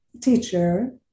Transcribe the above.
teacher